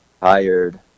tired